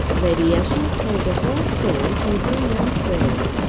lady ushant told the whole story to her young friend,